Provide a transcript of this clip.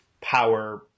power